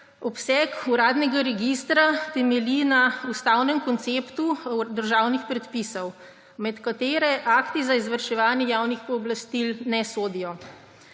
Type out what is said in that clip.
obseg uradnega registra temelji na ustavnem konceptu državnih predpisov, med katere akti za izvrševanje javnih pooblastil ne sodijo.